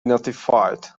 notified